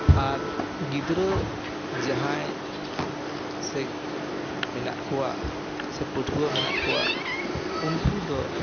ᱟᱨ ᱜᱤᱫᱽᱨᱟᱹ ᱡᱟᱦᱟᱸᱭ ᱥᱮ ᱢᱮᱱᱟᱜ ᱠᱚᱣᱟ ᱥᱮ ᱯᱟᱹᱴᱷᱩᱣᱟᱹ ᱢᱮᱱᱟᱜ ᱠᱚᱣᱟ ᱩᱱᱠᱩ ᱫᱚ